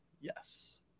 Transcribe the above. yes